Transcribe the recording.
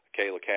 Kayla